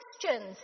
questions